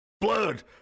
blood